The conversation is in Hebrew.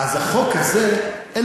מי שלא הסכימו שנעביר את זה בקריאה ראשונה,